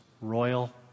royal